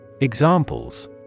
Examples